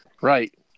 Right